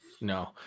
No